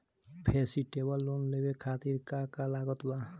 Festival loan लेवे खातिर का का लागत बा?